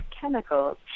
chemicals